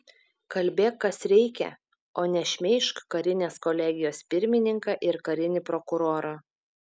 kalbėk kas reikia o ne šmeižk karinės kolegijos pirmininką ir karinį prokurorą